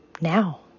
now